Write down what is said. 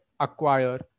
acquire